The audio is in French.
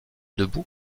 debout